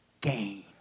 gain